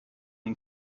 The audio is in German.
den